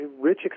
rich